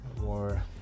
more